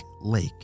lake